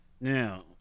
Now